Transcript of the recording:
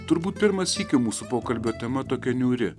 turbūt pirmą sykį mūsų pokalbio tema tokia niūri